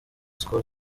skol